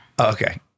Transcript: Okay